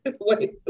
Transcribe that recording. wait